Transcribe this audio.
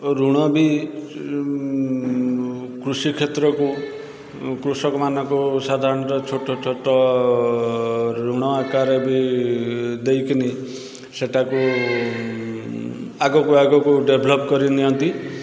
ଋଣ ବି ଯେଉଁ କୃଷିକ୍ଷେତ୍ରକୁ କୃଷକମାନଙ୍କୁ ସାଧାରଣତଃ ଛୋଟ ଛୋଟ ଋଣ ଆକାରରେ ବି ଦେଇକିନି ସେଇଟାକୁ ଆଗକୁ ଆଗକୁ ଡେଭଲପ୍ କରି ନିଅନ୍ତି